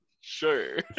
Sure